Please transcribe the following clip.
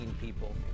people